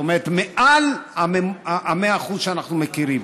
כלומר מעל 100% שאנחנו מכירים,